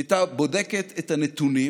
היא הייתה בודקת את הנתונים,